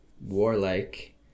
warlike